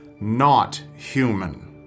not-human